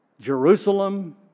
Jerusalem